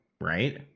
right